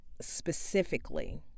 specifically